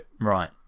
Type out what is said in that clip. Right